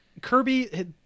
Kirby